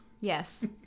Yes